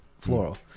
floral